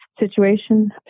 Situation